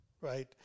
right